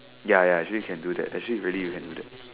ya ya actually can do that actually really you can do that